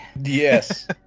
Yes